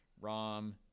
Rom